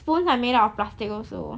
phones are made up of plastic also